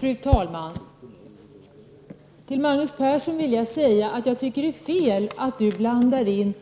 Fru talman! Till Magnus Persson vill jag säga att jag tycker att det är fel att blanda ihop